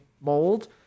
mold